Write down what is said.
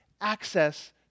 access